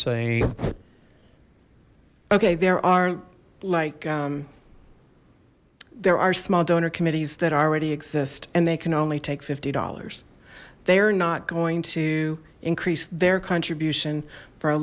saying okay there are like there are small donor committees that already exist and they can only take fifty dollars they are not going to increase their contribution for a